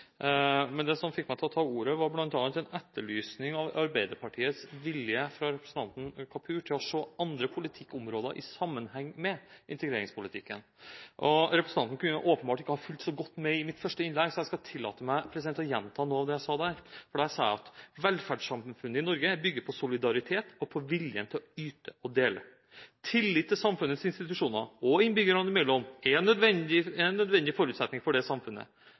ta ordet, var bl.a. representanten Kapurs etterlysning av Arbeiderpartiets vilje til å se andre politikkområder i sammenheng med integreringspolitikken. Representanten kan åpenbart ikke ha fulgt så godt med i mitt første innlegg, så jeg vil tillate meg å gjenta noe av det jeg sa der. Det jeg sa, var at velferdssamfunnet i Norge er bygget på solidaritet og på viljen til å yte og dele. Tillit til samfunnets institusjoner og innbyggerne imellom er en nødvendig forutsetning for det samfunnet.